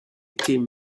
tim